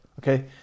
Okay